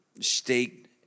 state